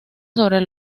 sobre